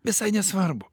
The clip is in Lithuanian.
visai nesvarbu